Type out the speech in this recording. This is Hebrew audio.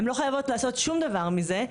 הן לא חייבות לעשות שום דבר מזה,